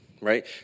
right